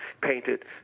painted